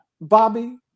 Bobby